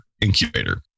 Incubator